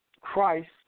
Christ